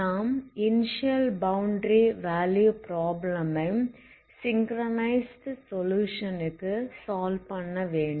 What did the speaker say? நாம் initial boundary value problem ஐ synchronized solution க்கு சால்வ் பண்ணவேண்டும்